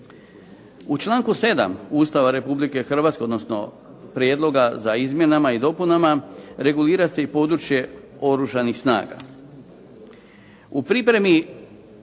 U članku 7. Ustava Republike Hrvatske, odnosno prijedloga za izmjenama i dopunama, regulira se i područje Oružanih snaga.